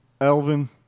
Elvin